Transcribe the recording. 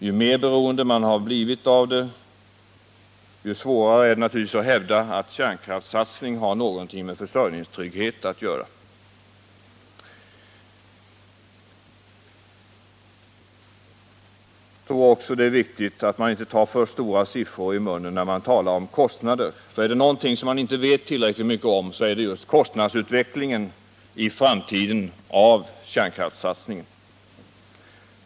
Ju mer beroende man blir av kärnkraften, desto svårare är det naturligtvis att hävda att kärnkraftssatsningen har någonting med försörjningstrygghet att göra. Jag tror också att det är viktigt att man inte tar för stora siffror i munnen när man talar om kostnader, för är det någonting som man inte vet tillräckligt mycket om så är det just kostnadsutvecklingen i framtiden för kärnkraftssatsningen.